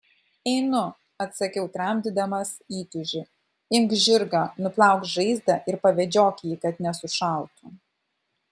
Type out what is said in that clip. einu atsakiau tramdydamas įtūžį imk žirgą nuplauk žaizdą ir pavedžiok jį kad nesušaltų